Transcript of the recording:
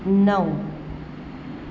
નવ